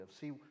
See